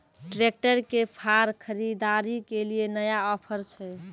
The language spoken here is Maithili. ट्रैक्टर के फार खरीदारी के लिए नया ऑफर छ?